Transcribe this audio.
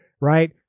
right